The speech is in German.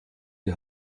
die